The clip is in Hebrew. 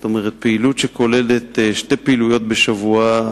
זאת אומרת פעילות שכוללת שתי פעילויות בשבוע,